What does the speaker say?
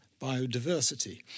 biodiversity